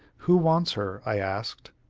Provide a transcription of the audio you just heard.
who wants her? i asked.